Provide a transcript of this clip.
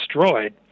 destroyed